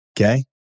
okay